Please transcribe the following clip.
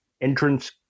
entrance